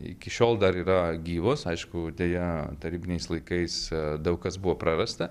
iki šiol dar yra gyvos aišku deja tarybiniais laikais daug kas buvo prarasta